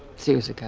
seriously, catie.